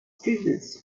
students